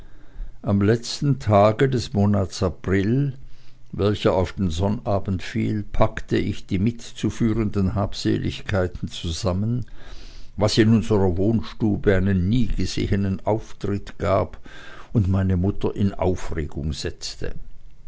am letzten tage des monats april welcher auf den sonnabend fiel packte ich die mitzuführenden habseligkeiten zusammen was in unserer wohnstube einen niegesehenen auftritt gab und meine mutter in aufregung setzte